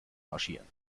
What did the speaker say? marschieren